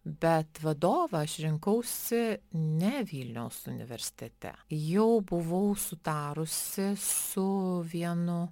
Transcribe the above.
bet vadovą aš rinkausi ne vilniaus universitete jau buvau sutarusi su vienu